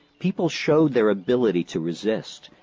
people showed their ability to resist,